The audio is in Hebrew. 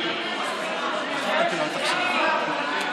לוועדה לא נתקבלה.